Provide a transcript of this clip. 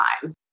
time